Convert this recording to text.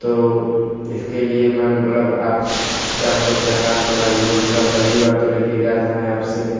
तो इसके लिए मैं मतलब आपका मतलब कह रहा हूँ कि अब लूँ मतलब पहली बार तो ले के गया था मैं आप से